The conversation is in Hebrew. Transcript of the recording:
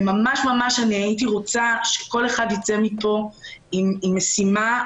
הייתי רוצה שכל אחד יצא מפה עם משימה.